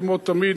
כמו תמיד,